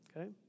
Okay